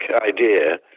idea